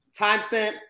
timestamps